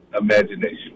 imagination